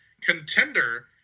contender